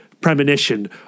premonition